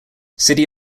city